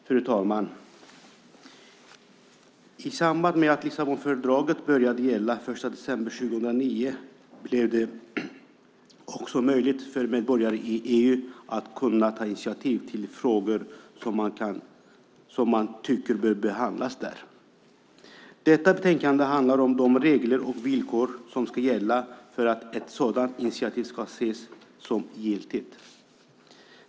Fru talman! I samband med att Lissabonfördraget började gälla den 1 december 2009 blev det också möjligt för medborgare i EU att ta initiativ till frågor som man tycker bör behandlas där. Detta utlåtande handlar om de regler och villkor som ska gälla för att ett sådant initiativ ska ses som giltigt.